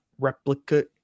replicate